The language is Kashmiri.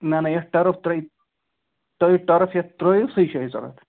نا نا یُس ٹٔرٕپ تۄہہ تۄہہِ ٹٔرٕپ یُس ترٛٲیِو سُے چھِ اَسہِ ضوٚرَتھ